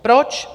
Proč?